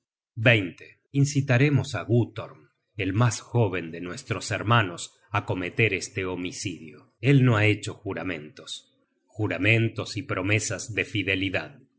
son poderosos incitaremos á gutorm el mas jóven de nuestros hermanos á cometer este homicidio él no ha hecho juramentos juramentos y promesas de fidelidad